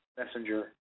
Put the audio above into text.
messenger